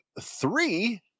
three